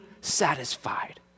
satisfied